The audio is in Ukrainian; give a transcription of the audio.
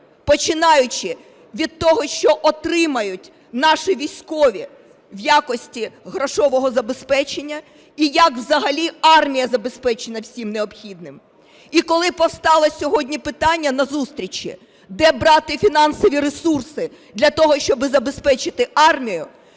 починаючи від того, що отримають наші військові в якості грошового забезпечення і як взагалі армія забезпечена всім необхідним. І коли повстало сьогодні питання на зустрічі, де брати фінансові ресурси для того, щоб забезпечити армію,